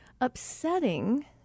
upsetting